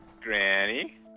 Granny